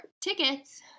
tickets